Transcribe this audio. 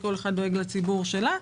כל אחת דואגת לציבור שלה.